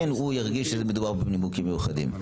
הוא ירגיש שמדובר פה בנימוקים מיוחדים.